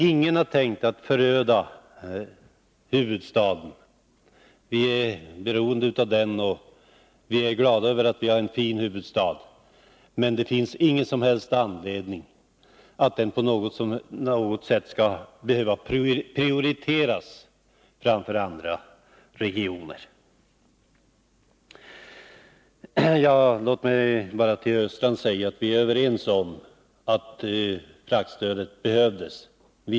Ingen har tänkt att föröda huvudstaden. Vi är beroende av den, och vi är glada över att vi har en fin huvudstad. Men det finns ingen som helst anledning att den skall behöva prioriteras framför andra regioner. Låt mig till Olle Östrand säga att vi är överens om att fraktstödet behövdes.